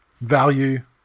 Value